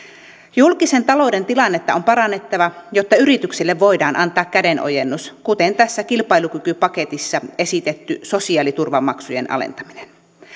julkisen talouden tilannetta on parannettava jotta yrityksille voidaan antaa kädenojennus kuten tässä kilpailukykypaketissa esitetty sosiaaliturvamaksujen alentaminen